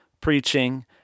preaching